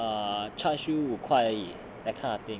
err charge you 五块而已 that kind of thing